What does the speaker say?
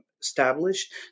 established